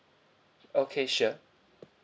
okay sure